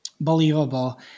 believable